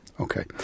Okay